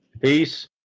Peace